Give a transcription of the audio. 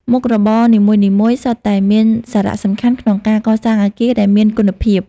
មុខរបរនីមួយៗសុទ្ធតែមានសារៈសំខាន់ក្នុងការកសាងអគារដែលមានគុណភាព។